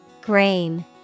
Grain